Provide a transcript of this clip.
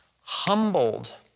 humbled